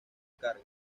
carga